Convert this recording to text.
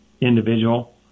individual